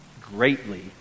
greatly